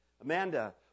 Amanda